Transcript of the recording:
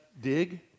dig